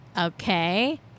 Okay